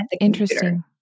interesting